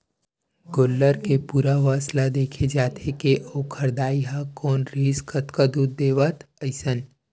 गोल्लर के पूरा वंस ल देखे जाथे के ओखर दाई ह कोन रिहिसए कतका दूद देवय अइसन